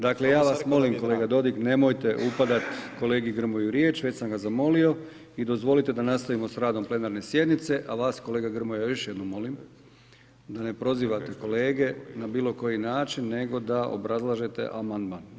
Dakle ja vas molim kolega Dodig, nemojte upadat kolegi Grmoji u riječ, već sam ga zamolio i dozvolite da nastavimo s radom plenarne sjednice, a vas kolega Grmoja još jednom molim da ne prozivate kolege na bilo koji način, nego da obrazlažete amandman.